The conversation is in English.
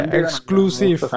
exclusive